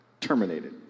terminated